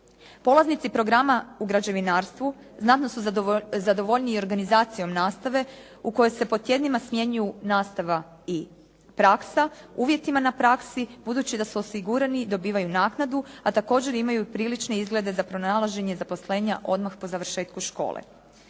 Polaznici programa u građevinarstvu znatno su zadovoljniji i organizacijom nastave u kojoj se po tjednima smjenjuju nastava i praksa, uvjetima na praksi budući da su osigurani, dobivaju naknadu, a također imaju i prilične izglede za pronalaženje zaposlenja odmah po završetku škole.